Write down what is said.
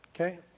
okay